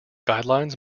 guidelines